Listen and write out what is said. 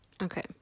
Okay